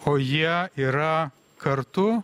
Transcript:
o jie yra kartu